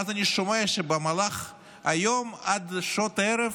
ואז אני שומע שבמהלך היום עד לשעות הערב